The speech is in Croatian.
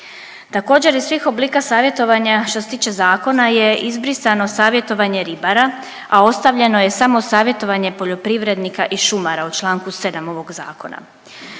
Također iz svih oblika savjetovanja što se tiče zakona je izbrisano savjetovanje ribara, a ostavljeno je samo savjetovanje poljoprivrednika i šumara u čl. 7. ovog zakona.